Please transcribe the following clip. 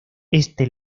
este